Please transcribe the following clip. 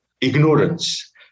ignorance